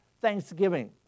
Thanksgiving